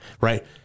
Right